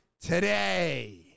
today